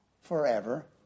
Forever